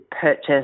purchase